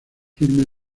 filme